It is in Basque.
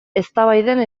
eztabaiden